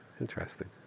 Interesting